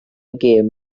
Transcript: gêm